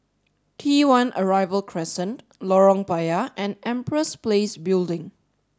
T one Arrival Crescent Lorong Payah and Empress Place Building